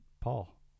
Paul